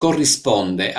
corrisponde